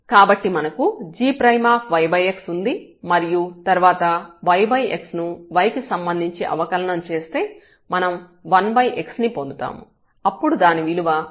కాబట్టి మనకు gyx ఉంది మరియు తర్వాత yx ను y కి సంబంధించి అవకలనం చేస్తే మనం 1x ని పొందుతాము అప్పుడు దాని విలువ xn 1gyx అవుతుంది